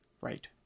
right